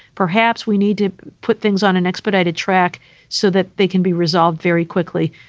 perhaps we need to put things on an expedited track so that they can be resolved very quickly.